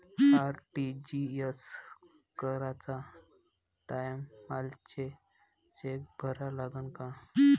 RTGS कराच्या टायमाले cheque भरा लागन का?